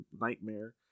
nightmare